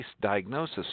diagnosis